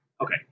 Okay